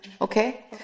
Okay